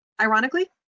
ironically